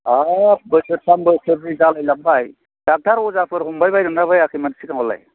हाब बोसोरथाम बोसोरब्रै जालाय लांबाय डक्ट'र अजाफोर हमबाय बायदोंना बायाखैमोन सिगाङावलाय